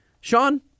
sean